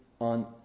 on